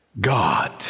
God